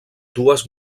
dues